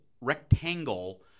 rectangle